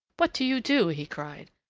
what do you do? he cried.